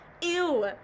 Ew